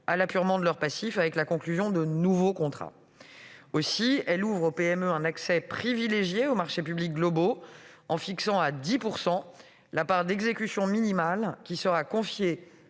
à l'apurement de leur passif avec la conclusion de nouveaux contrats. Aussi, elle ouvre aux PME un accès privilégié aux marchés publics globaux, en fixant à 10 % la part d'exécution minimale qui sera confiée